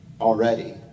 already